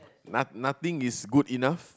not~ nothing is good enough